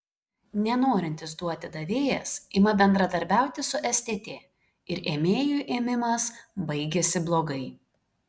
nenorintis duoti davėjas ima bendradarbiauti su stt ir ėmėjui ėmimas baigiasi blogai